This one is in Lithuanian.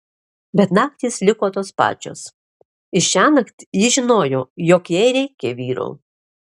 bet naktys liko tos pačios ir šiąnakt ji žinojo jog jai reikia vyro